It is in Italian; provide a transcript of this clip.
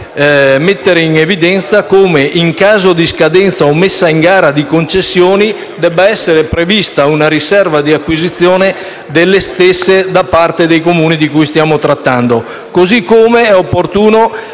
mettere in evidenza come, in caso di scadenza o messa in gara di concessioni, debba essere prevista una riserva di acquisizione delle stesse da parte dei Comuni di cui stiamo trattando. Così come è opportuno,